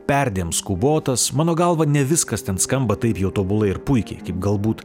perdėm skubotas mano galva ne viskas ten skamba taip jau tobulai ir puikiai kaip galbūt